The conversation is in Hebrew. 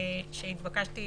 שנתבקשתי